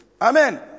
Amen